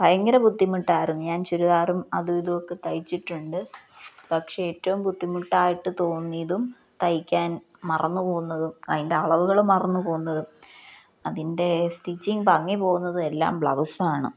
ഭയങ്കര ബുദ്ധിമുട്ടായിരുന്നു ഞാൻ ചുരിദാറും അതുമിതുമൊക്കെ തയ്ച്ചിട്ടുണ്ട് പക്ഷേ ഏറ്റവും ബുദ്ധിമുട്ടായിട്ടു തോന്നിയതും തയ്ക്കാൻ മറന്നുപോവുന്നതും അതിൻ്റെ അളവുകള് മറന്നുപോകുന്നതും അതിൻ്റെ സ്റ്റിച്ചിങ് ഭംഗി പോകുന്നതും എല്ലാം ബ്ലൗസാണ്